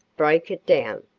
break it down.